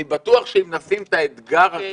אני בטוח שאם נשים את האתגר הזה